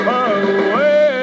away